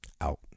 out